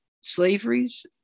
slaveries